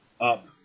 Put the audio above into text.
up